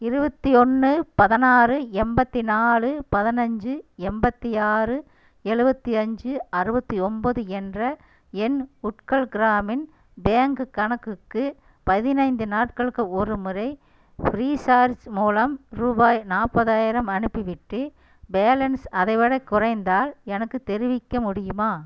இருபத்தி ஒன்று பதினாறு எண்பத்தி நாலு பதினஞ்சு எண்பத்தி ஆறு எழுவத்தி அஞ்சு அறுபத்தி ஒம்பது என்ற என் உட்கல் க்ராமின் பேங்க் கணக்குக்கு பதினைந்து நாட்களுக்கு ஒருமுறை ஃப்ரீ சார்ஜ் மூலம் ரூபாய் நாற்பதாயிரம் அனுப்பிவிட்டு பேலன்ஸ் அதைவிடக் குறைந்தால் எனக்குத் தெரிவிக்க முடியுமா